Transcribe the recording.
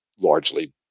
largely